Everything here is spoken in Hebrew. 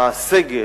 הסגל,